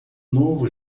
novo